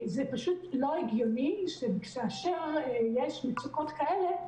זה פשוט לא הגיוני שכאשר יש מצוקות כאלה,